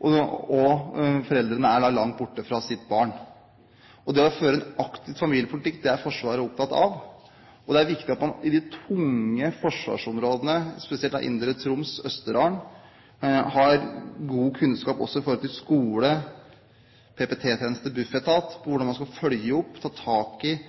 og foreldrene er langt borte fra sitt barn. Det å føre en aktiv familiepolitikk er Forsvaret opptatt av. Det er viktig at man i de tunge forsvarsområdene, spesielt i indre Troms og i Østerdalen, har god kunnskap også om skole, PP-tjeneste og Bufetat og kunnskap om hvordan man skal følge opp og ta tak i